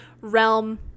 realm